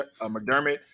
McDermott